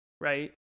right